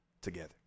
together